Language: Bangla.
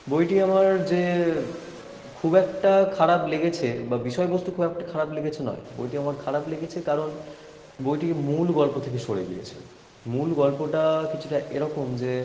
বইটি আমার যে খুব একটা খারাপ লেগেছে বা বিষয়বস্তু খুব একটা খারাপ লেগেছে নয় বইটি আমার খারাপ লেগেছে কারণ বইটি মূল গল্প থেকে সরে গিয়েছে মূল গল্পটা কিছুটা এরকম যে